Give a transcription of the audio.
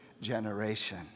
generation